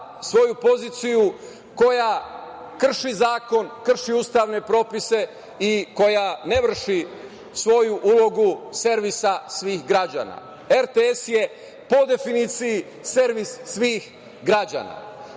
svoju poziciju koja krši zakon, krši ustavne propise i koja ne vrši svoju ulogu servisa svih građana. Po definiciji RTS je servis svih građana.